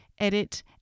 edit